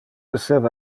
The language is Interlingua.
esseva